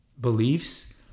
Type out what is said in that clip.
beliefs